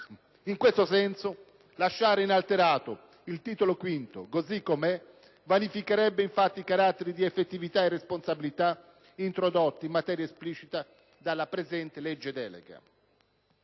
In questo senso, lasciare inalterato il Titolo V vanificherebbe infatti i caratteri di effettività e responsabilità introdotti in maniera esplicita dalla presente legge delega.